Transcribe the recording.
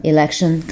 Election